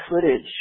footage